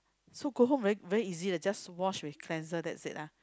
so go home very very easy leh just wash with cleanser that's it ah